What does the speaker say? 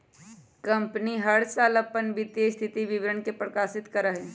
company हर साल अपन वित्तीय स्थिति विवरण के प्रकाशित करा हई